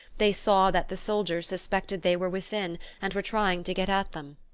they saw that the soldiers suspected they were within and were trying to get at them.